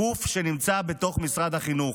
גוף שנמצא בתוך משרד החינוך,